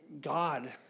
God